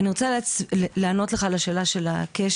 אני רוצה לענות לך על השאלה של הכשל,